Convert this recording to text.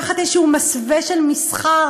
תחת איזשהו מסווה של מסחר,